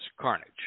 carnage